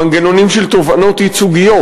מנגנונים של תובענות ייצוגיות.